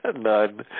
None